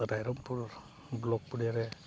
Rairangpur block ᱮᱨᱤᱭᱟᱨᱮ